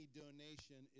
donation